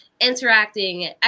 interacting